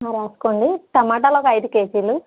రాసుకోండి టమాటాలు ఒక అయిదు కేజీలు